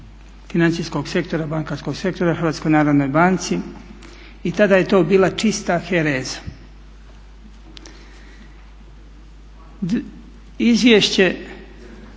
financijskog sektora, bankarskog sektora HNB-a i tada je to bila čista hereza. Izvješće